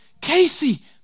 Casey